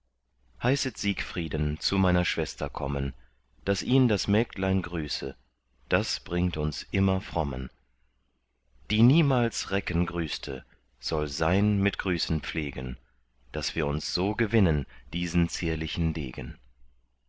heißet siegfrieden zu meiner schwester kommen daß ihn das mägdlein grüße das bringt uns immer frommen die niemals recken grüßte soll sein mit grüßen pflegen daß wir uns so gewinnen diesen zierlichen degen